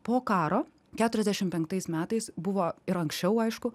po karo keturiasdešimt penktais metais buvo ir anksčiau aišku